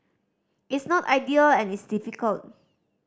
it's not ideal and it's difficult